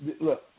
look